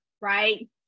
right